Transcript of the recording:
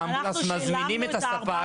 אנחנו מזמינים את הספק